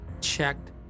checked